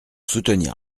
soutenir